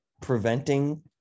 preventing